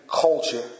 culture